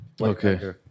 Okay